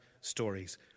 stories